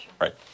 Right